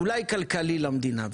זה אולי כלכלי למדינה.